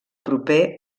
proper